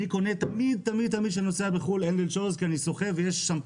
אני תמיד קונה בחוץ לארץ הד אנד שולדרס כי אני שוחה ויש שמפו